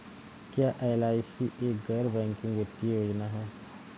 क्या एल.आई.सी एक गैर बैंकिंग वित्तीय योजना है?